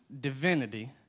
divinity